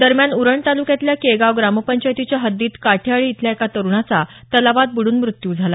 दरम्यान उरण तालुक्यातल्या केगाव ग्रामपंचायतच्या हद्दीत काठेआळी इथल्या एका तरूणाचा तलावात बुडून मृत्यू झाला